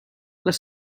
les